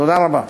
תודה רבה.